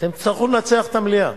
אתם תצטרכו לנצח את המליאה.